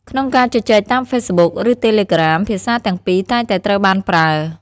ក្នុងការជជែកតាមហ្វេសប៊ុក ឬតេលេក្រាម ភាសាទាំងពីរតែងតែត្រូវបានប្រើ។